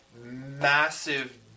massive